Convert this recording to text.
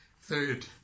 third